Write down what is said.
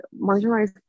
marginalized